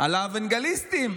על האוונגליסטים.